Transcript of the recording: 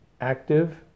active